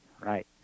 Right